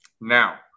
Now